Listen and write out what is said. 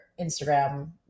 Instagram